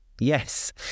Yes